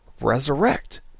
resurrect